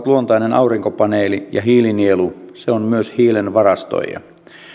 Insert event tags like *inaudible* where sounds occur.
*unintelligible* luontainen aurinkopaneeli ja hiilinielu se on myös hiilen varastoija